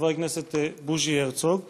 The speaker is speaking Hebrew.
לחבר הכנסת בוז'י הרצוג,